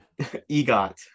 EGOT